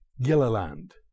Gilliland